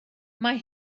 mae